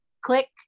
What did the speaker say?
click